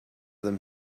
them